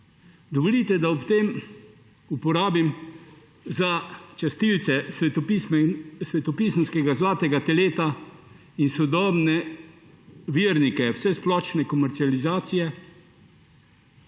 Dovolite, da ob tem uporabim za častilce svetopisemskega zlatega teleta in sodobne vernike vsesplošne komercializacije